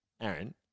Aaron